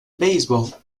baseball